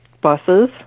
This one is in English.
buses